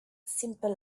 simple